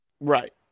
Right